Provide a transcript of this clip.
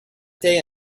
day